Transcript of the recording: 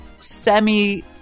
semi-